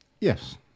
Yes